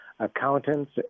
accountants